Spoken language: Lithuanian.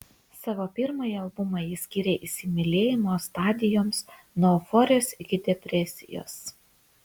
savo pirmąjį albumą ji skyrė įsimylėjimo stadijoms nuo euforijos iki depresijos